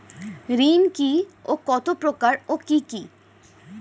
ঋণ কি ও কত প্রকার ও কি কি?